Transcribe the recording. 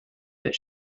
that